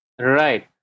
Right